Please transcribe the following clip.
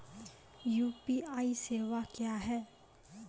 UPI सेवा क्या हैं?